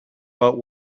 but